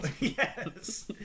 Yes